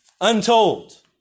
Untold